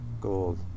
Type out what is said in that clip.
gold